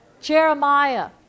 Jeremiah